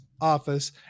office